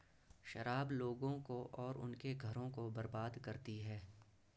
शराब लोगों को और उनके घरों को बर्बाद करती है